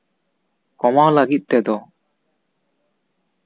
ᱠᱚᱢᱟᱣ ᱞᱟᱹᱜᱤᱫ ᱛᱮᱫᱚ